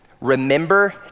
remember